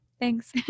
thanks